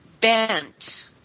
bent –